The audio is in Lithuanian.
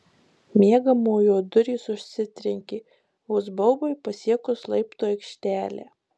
miegamojo durys užsitrenkė vos baubui pasiekus laiptų aikštelę